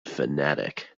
fanatic